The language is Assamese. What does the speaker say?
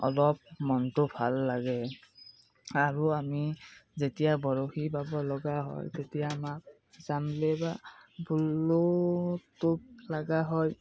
অলপ মনটো ভাল লাগে আৰু আমি যেতিয়া বৰশী বাব লগা হয় তেতিয়া আমাক জানলো বা বোল্লো টোপ লাগা হয়